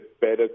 better